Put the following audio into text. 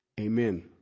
amen